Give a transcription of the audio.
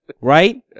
Right